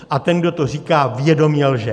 A ten, kdo to říká, vědomě lže.